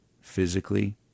physically